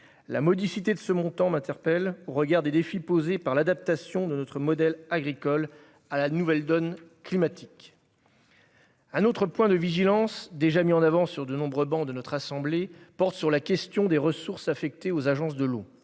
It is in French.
La modicité de ce montant m'interpelle, au regard des défis posés par l'adaptation de notre modèle agricole à la nouvelle donne climatique. Un autre point de vigilance, déjà mis en avant sur de nombreuses travées de notre assemblée, porte sur la question des ressources affectées aux agences de l'eau,